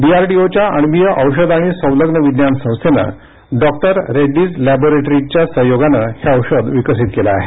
डीआरडीओच्या अण्वीय औषध आणि संलग्न विज्ञान संस्थेनं डॉक्टर रेड्डीज लॅबोरेटरीजच्या सहयोगाने हे औषध विकसित केलं आहे